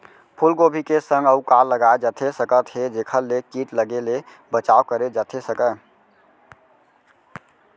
फूलगोभी के संग अऊ का लगाए जाथे सकत हे जेखर ले किट लगे ले बचाव करे जाथे सकय?